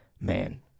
man